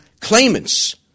claimants